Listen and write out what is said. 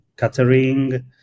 catering